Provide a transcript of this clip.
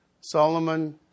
Solomon